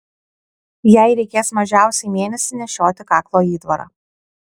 jai reikės mažiausiai mėnesį nešioti kaklo įtvarą